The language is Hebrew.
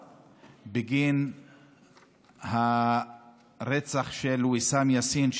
בגין הרצח של ויסאם יאסין,